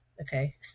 okay